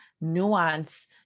nuance